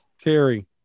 Terry